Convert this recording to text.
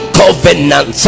covenant